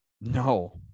No